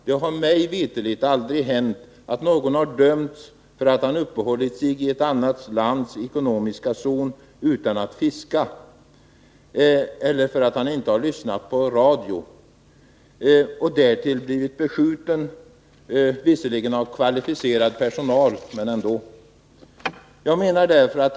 Det har mig veterligt aldrig tidigare hänt att någon har dömts — och därtill blivit beskjuten, visserligen av kvalificerad personal, men ändå — för att han uppehållit sig i något annat lands ekonomiska zon utan att fiska eller för att han inte lyssnat på radion.